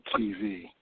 TV